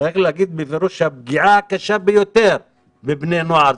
צריך להגיד בפירוש שהפגיעה הקשה ביותר בבני נוער,